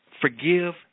Forgive